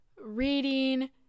reading